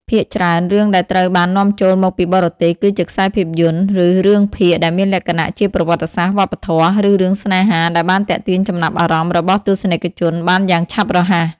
ភាគច្រើន រឿងដែលត្រូវបាននាំចូលមកពីបរទេសគឺជាខ្សែភាពយន្តឬរឿងភាគដែលមានលក្ខណៈជាប្រវត្តិសាស្រ្ត វប្បធម៌ ឬរឿងស្នេហាដែលបានទាក់ទាញចំណាប់អារម្មណ៍របស់ទស្សនិកជនបានយ៉ាងឆាប់រហ័ស។